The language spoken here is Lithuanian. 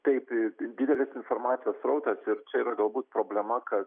taip didelis informacijos srautas ir čia yra galbūt problema kad